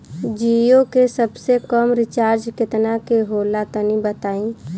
जीओ के सबसे कम रिचार्ज केतना के होला तनि बताई?